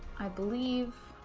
i believe